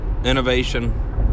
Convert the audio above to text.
Innovation